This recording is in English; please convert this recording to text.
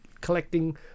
collecting